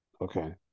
Okay